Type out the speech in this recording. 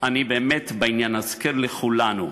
אני באמת בעניין להזכיר לכולנו,